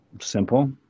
Simple